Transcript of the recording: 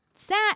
sat